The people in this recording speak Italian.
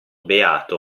beato